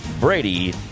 Brady